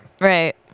Right